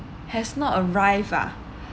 has not arrived ah